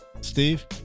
Steve